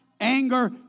anger